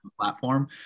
platform